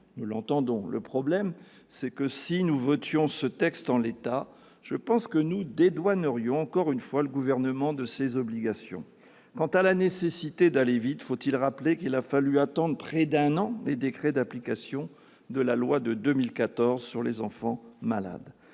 Nous entendons votre argument, mais si nous votions ce texte en l'état, nous dédouanerions encore une fois le Gouvernement de ses obligations ! Quant à la nécessité d'aller vite, faut-il rappeler qu'il a fallu attendre près d'un an les décrets d'application de la loi du 9 mai 2014 relative aux enfants malades